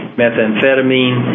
methamphetamine